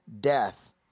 death